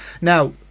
now